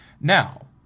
Now